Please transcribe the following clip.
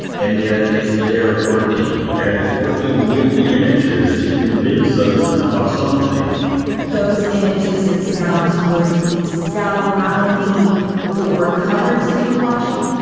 and yet it's there working. and it's working with the images to convince us of something those images and sounds would sell not only the war coverage that you were watching,